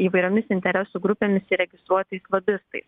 įvairiomis interesų grupėmis ir registruotais lobistais